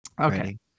Okay